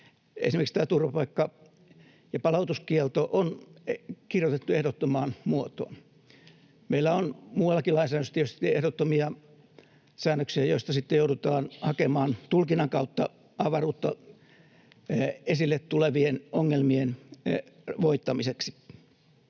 esimerkiksi tämä turvapaikka ja palautuskielto on kirjoitettu ehdottomaan muotoon. Meillä on muuallakin lainsäädännössä tietysti ehdottomia säännöksiä, joista sitten joudutaan hakemaan tulkinnan kautta avaruutta esille tulevien ongelmien voittamiseksi.